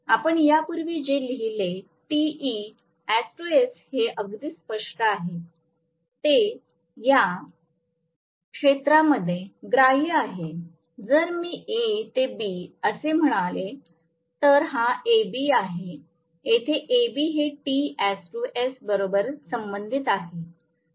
आपण यापूर्वी जे लिहिले हे अगदी स्पष्ट आहे ते ह्या क्षेत्रामध्ये ग्राह्य आहे जर मी A ते B असे म्हणालो तर हा A B आहे येथे A B हे बरोबर संबंधित आहे